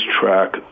track